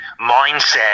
mindset